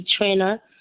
trainer